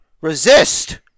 Resist